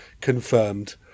confirmed